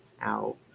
out